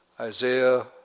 Isaiah